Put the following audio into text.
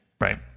Right